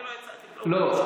אני לא הצעתי כלום,